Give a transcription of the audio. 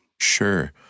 Sure